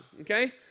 Okay